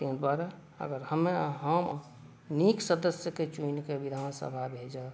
तहि दुआरे हम्मे हम अहाँ नीक सदस्यके चुनिक विधानसभामे भेजब